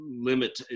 limit